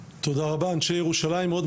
הישיבה הקודמת שהייתה צריכה להתקיים בדיוק